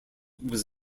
was